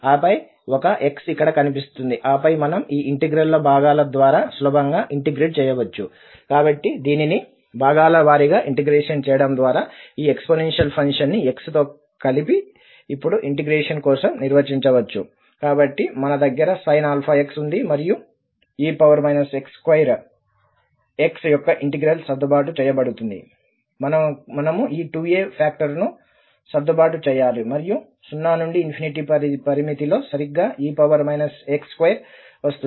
ఆపై ఒక x అక్కడ కనిపిస్తుంది ఆపై మనం ఈ ఇంటిగ్రల్ను భాగాల ద్వారా సులభంగా ఇంటిగ్రేట్ చేయవచ్చు కాబట్టి దీనిని భాగాల వారీగా ఇంటెగ్రేషన్ చేయడం ద్వారా ఈ ఎక్స్పోనెన్షియల్ ఫంక్షన్ని x తో కలిపి ఇప్పుడు ఇంటిగ్రేషన్ కోసం నిర్వహించవచ్చు కాబట్టి మన దగ్గర sin⁡αx ఉంది మరియు e ax2x యొక్క ఇంటిగ్రల్ సర్దుబాటు చేయబడుతుంది మనము ఈ 2a ఫాక్టర్ ను సర్దుబాటు చేయాలి మరియు 0 నుండి పరిమితి లో సరిగ్గా e ax2 వస్తుంది